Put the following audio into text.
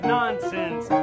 nonsense